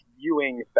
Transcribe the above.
viewing